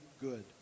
good